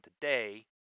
today